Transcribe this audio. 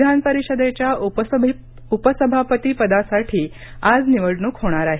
विधानपरिषदेच्या उपसभापती पदासाठी आज निवडणूक होणार आहे